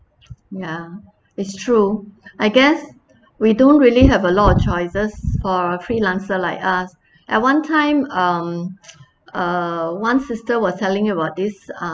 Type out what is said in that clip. ya it's true I guess we don't really have a lot of choices for a freelancer like us at one time um uh one sister was telling about this